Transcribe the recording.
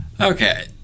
Okay